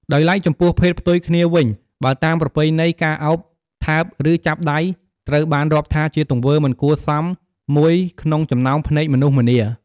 ដោយឡែកចំពោះភេទផ្ទុយគ្នាវិញ បើតាមប្រពៃណី ការអោប ថើប ឬ ចាប់ដៃ ត្រូវបានរាប់ថាជាទង្វើមិនគួរសមមួយក្នុងចំណោមភ្នែកមនុស្សម្នា។